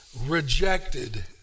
rejected